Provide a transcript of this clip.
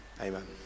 Amen